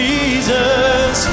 Jesus